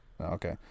Okay